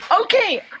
Okay